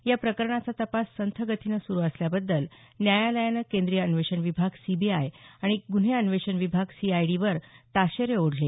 या प्रकरणाचा तपास संथगतीनं सुरु असल्याबद्दल न्यायालयानं केंद्रीय अन्वेषण विभाग सीबीआय आणि गुन्हे अन्वेषण विभाग सीआयडीवर ताशेरे ओढले